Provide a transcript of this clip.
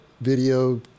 video